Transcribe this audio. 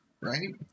right